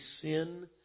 sin